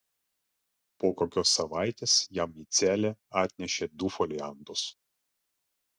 po kokios savaitės jam į celę atnešė du foliantus